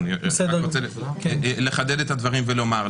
ואני רק רוצה לחדד את הדברים ולומר,